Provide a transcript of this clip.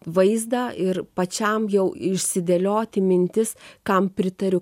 vaizdą ir pačiam jau išsidėlioti mintis kam pritariu